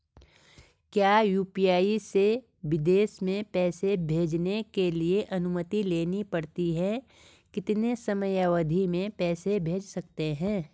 क्या यु.पी.आई से विदेश में पैसे भेजने के लिए अनुमति लेनी पड़ती है कितने समयावधि में पैसे भेज सकते हैं?